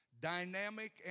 dynamic